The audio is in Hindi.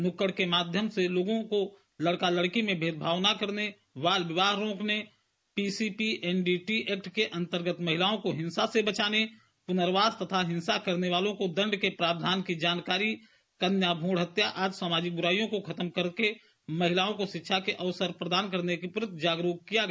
नुक्कड़ नाटक के माध्यम से लोगों को लड़का लड़की में भेदभाव न करने बाल विवाह रोकने पीसीपीएनडीटी एक्ट के अंतर्गत महिलाओं को हिंसा से बचाने पुनर्वास तथा हिंसा करने वाले को दंड के प्रावधान की जानकारी कन्या भ्रूण हत्या आदि सामाजिक बुराइयों को खत्म करने महिलाओं को शिक्षा के अवसर प्रदान करने के प्रति जागरूक किया गया